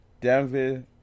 Denver